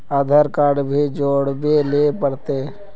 आधार card भी जोरबे ले पड़ते?